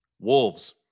Wolves